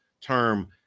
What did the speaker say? term